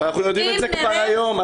אבל אנחנו יודעים את זה כבר היום.